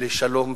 לשלום ולדו-קיום.